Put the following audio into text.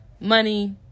money